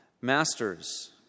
Masters